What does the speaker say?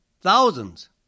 Thousands